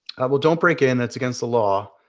well, don't break in. that's against the law.